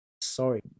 Sorry